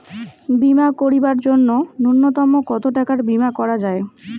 বীমা করিবার জন্য নূন্যতম কতো টাকার বীমা করা যায়?